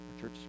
church